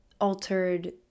Altered